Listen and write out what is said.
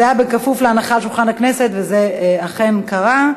זה היה כפוף להנחה על שולחן הכנסת, וזה אכן קרה.